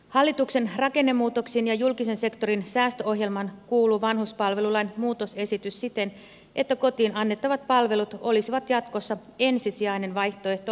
hallituksen rakennemuutokseen ja julkisen sektorin säästöohjelmaan kuuluu vanhuspalvelulain muutosesitys siten että kotiin annettavat palvelut olisivat jatkossa ensisijainen vaihtoehto laitoshoidon sijaan